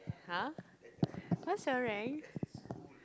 !huh! what's your rank